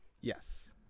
Yes